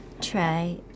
try